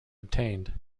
obtained